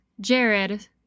jared